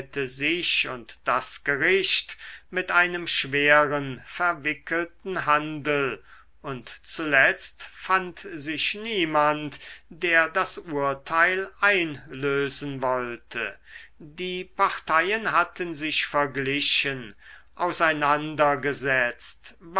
sich und das gericht mit einem schweren verwickelten handel und zuletzt fand sich niemand der das urteil einlösen wollte die parteien hatten sich verglichen